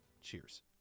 Cheers